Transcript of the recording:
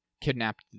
kidnapped